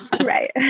Right